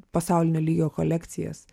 pasaulinio lygio kolekcijas